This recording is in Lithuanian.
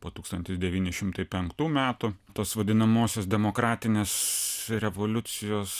po tūkstantis devyni šimtai penktų metų tos vadinamosios demokratinės revoliucijos